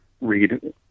read